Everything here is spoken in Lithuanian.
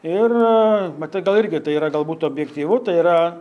ir matai gal irgi tai yra galbūt objektyvu tai yra